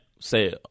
say